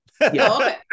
Okay